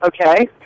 Okay